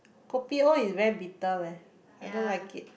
kopi O is very bitter leh I don't like it